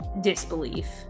disbelief